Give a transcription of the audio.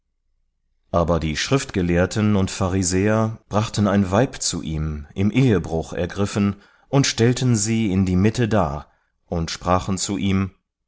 aber die schriftgelehrten und pharisäer brachten ein weib zu ihm im ehebruch ergriffen und stellten sie in die mitte dar und sprachen zu ihm